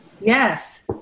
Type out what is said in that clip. Yes